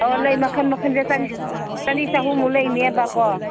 ꯑꯣ ꯂꯩ ꯃꯈꯟ ꯃꯈꯟꯁꯦ ꯆꯅꯤ ꯆꯍꯨꯝꯕꯥꯎ ꯂꯩꯅꯦꯕꯀꯣ